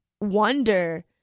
wonder